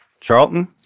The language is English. Charlton